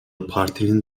partinin